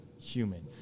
human